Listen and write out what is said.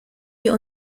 wir